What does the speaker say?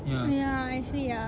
ya actually ya